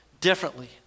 differently